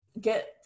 get